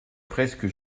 presque